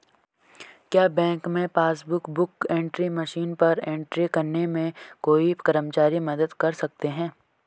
क्या बैंक में passbook book entry machine पर एंट्री करने में कोई कर्मचारी मदद कर सकते हैं?